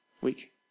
week